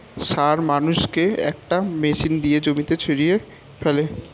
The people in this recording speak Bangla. সার মানুরেকে একটা মেশিন দিয়ে জমিতে ছড়িয়ে ফেলে